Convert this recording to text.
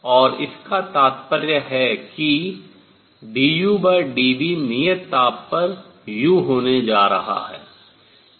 और इसका तात्पर्य है कि dUdV नियत ताप पर U होने जा रहा है